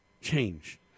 change